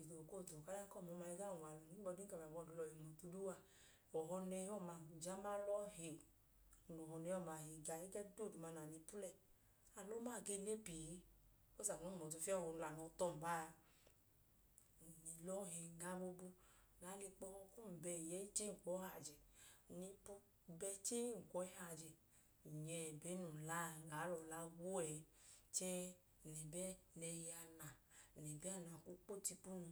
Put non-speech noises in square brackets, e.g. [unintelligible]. Ije o koo je tu ọla ọma i gaa wẹ unwalu n. [unintelligible] ọhọ nẹhẹ ọma, ng jama lọọ he, ng lẹ ọhọ onwune ọma he, ng ka ẹgẹ dooduma na nu ipu lẹ, a lọọ ma, a gee le pii. Because anu hum ọtu fiyẹ ọhọ nẹ e ge lẹ anọ tọ n maa a. Ng lọọ he, ng ga boobu boobu, ng gaa lẹ ikpọhọ kum bẹ ẹyẹẹyi chẹẹ ng kwu ọ i hayi ajẹ. Ng lẹ epu bẹ chee, ng kwu ọ i hayi ajẹ. Ng nyẹ, ẹbẹ num la a, ng gaa lẹ ọla gwo ẹẹ, ng lẹ ẹbẹ nẹhi a na. Ng lẹ ẹbẹ a na, ng kwu ọ i kpo tu ipu nu,